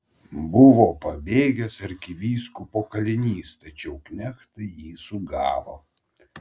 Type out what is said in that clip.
buvo pabėgęs arkivyskupo kalinys tačiau knechtai jį sugavo